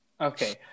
Okay